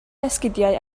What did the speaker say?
esgidiau